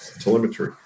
telemetry